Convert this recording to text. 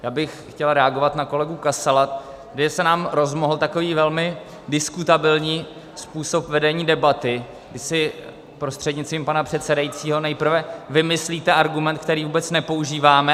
Já bych chtěl reagovat na kolegu Kasala, kdy se nám rozmohl takový velmi diskutabilní způsob vedení debaty, kdy si, prostřednictvím pana předsedajícího, nejprve vymyslíte argument, který vůbec nepoužíváme, a pak ho rozcupujete.